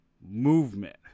movement